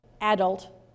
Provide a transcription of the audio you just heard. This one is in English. adult